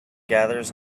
gathers